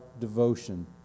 devotion